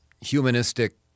humanistic